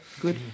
Good